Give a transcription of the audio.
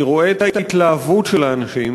אני רואה את ההתלהבות של האנשים.